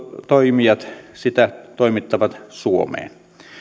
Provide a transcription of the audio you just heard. toimijat sitä toimittavat suomeen